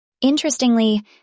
interestingly